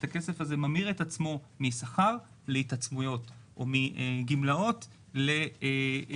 את הכסף ממיר את עצמו משכר להתעצמות או מגמלאות לטכנולוגיה.